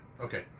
Okay